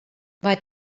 vai